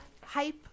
hype